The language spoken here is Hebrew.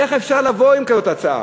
איך אפשר לבוא עם כזאת הצעה?